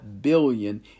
billion